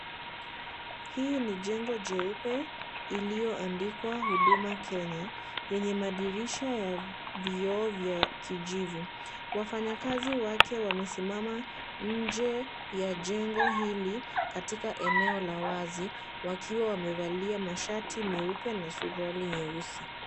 Hii ni jengo jeupe iliyoandikwa Huduma Kenya, yenye madirisha ya vioo vya kijivu, wafanyikazi wake wamesimama nje ya jengo hili katika eneo la wazi wakiwa wamevalia mashati meupe na suruali nyeusi.